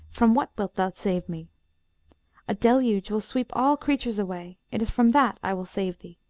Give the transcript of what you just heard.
from what wilt thou save me a deluge will sweep all creatures away it is from that i will save thee